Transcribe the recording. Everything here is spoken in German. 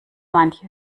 manche